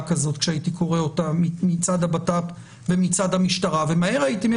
שאל אותו: ומה עם הערבים?